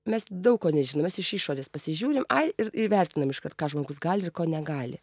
mes daug ko nežinom mes iš išorės pasižiūrim ir ir vertinam iškart ką žmogus gali ir ko negali